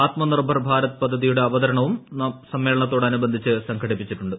ആത്മ നിർഭർ ഭാരത് പദ്ധതിയുടെ അവതരണവും സമ്മേളനത്തോടനുബന്ധിച്ച് സംഘടിപ്പിച്ചിട്ടുണ്ട്